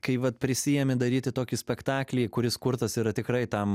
kai vat prisiėmi daryti tokį spektaklį kuris kurtas yra tikrai tam